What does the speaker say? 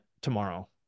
tomorrow